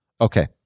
Okay